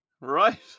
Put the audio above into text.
Right